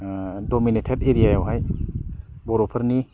dominated area आवहाय बर' फोरनि